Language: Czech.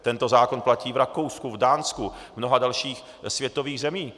Tento zákon platí v Rakousku, v Dánsku a mnoha dalších světových zemích.